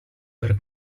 per